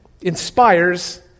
inspires